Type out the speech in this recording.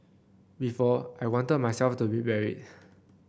before I wanted myself to be buried